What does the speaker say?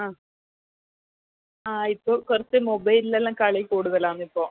ആ ആ ഇപ്പോൾ കുറച്ച് മൊബൈലിൽ എല്ലാം കളി കൂടുതലാണ് ഇപ്പോൾ